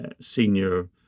senior